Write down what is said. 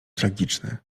tragiczny